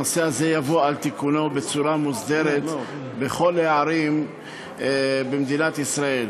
הנושא הזה יבוא על תיקונו בצורה מוסדרת בכל הערים במדינת ישראל.